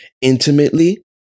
intimately